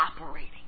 operating